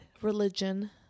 religion